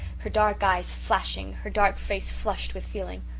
her dark eyes flashing, her dark face flushed with feeling.